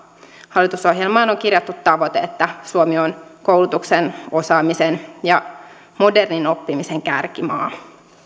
hallitusohjelmaan on kirjattu tavoite että suomi on koulutuksen osaamisen ja modernin oppimisen kärkimaa